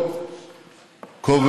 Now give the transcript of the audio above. כמו רצח ראש ממשלה,